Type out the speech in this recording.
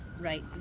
Right